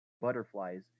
butterflies